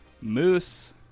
moose